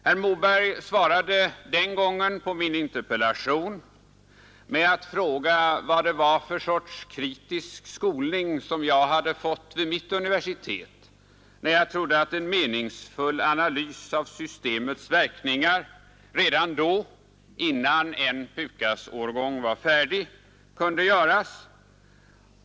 Herr Moberg svarade den gången på min interpellation med att fråga vad det var för sorts kritisk skolning som jag hade fått vid mitt universitet, när jag trodde att en meningsfull analys av systemets verkningar redan då, innan en PUKAS-årgång var färdig, kunde göras.